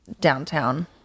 downtown